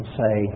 say